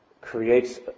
creates